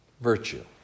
virtue